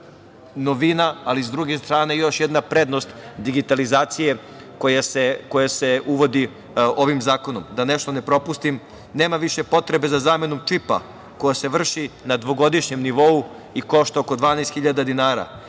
novina, ali s druge strane još jedna prednost digitalizacije koja se uvodi ovim zakonom. Da nešto ne propustim, nema više potrebe za zamenom čipa koja se vrši na dvogodišnjem nivou i košta oko 12.000 dinara.